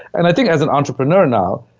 and i think as an entrepreneur now,